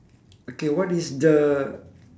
okay what is the